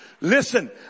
listen